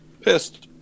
Pissed